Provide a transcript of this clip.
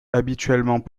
habituellement